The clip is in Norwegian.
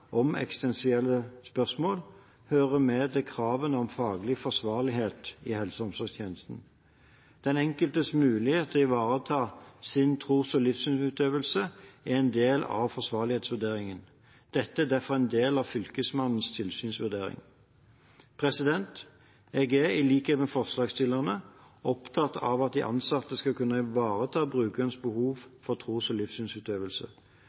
om eksistensielle spørsmål hører med til kravene om faglig forsvarlighet i helse- og omsorgstjenesten. Den enkeltes mulighet til å ivareta sin tros- og livssynsutøvelse er en del av forsvarlighetsvurderingen. Dette er derfor en del av Fylkesmannens tilsynsvurdering. Jeg er, i likhet med forslagsstillerne, opptatt av at de ansatte skal kunne ivareta brukernes behov for tros- og livssynsutøvelse.